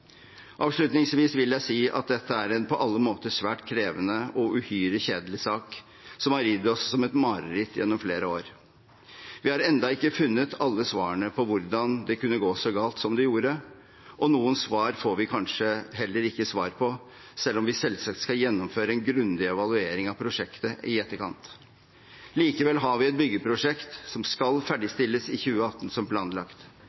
Avslutningsvis vil jeg si at dette er en på alle måter svært krevende og uhyre kjedelig sak som har ridd oss som en mare gjennom flere år. Vi har ennå ikke funnet alle svarene på hvordan det kunne gå så galt som det gjorde, og noen spørsmål får vi kanskje heller ikke svar på, selv om vi selvsagt skal gjennomføre en grundig evaluering av prosjektet i etterkant. Likevel har vi et byggeprosjekt som skal ferdigstilles i 2018 som planlagt.